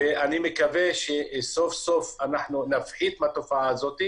אני מקווה שסוף סוף אנחנו נפחית בתופעה הזאת.